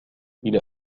إلى